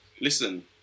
Listen